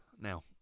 Now